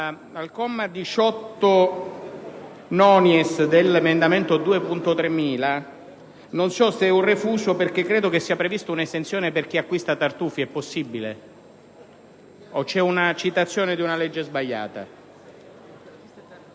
al comma 18-*nonies* dell'emendamento 2.3000, non so se si tratti di un refuso, ma credo sia prevista un'esenzione per chi acquista tartufi. È possibile? O c'è la citazione di una legge sbagliata?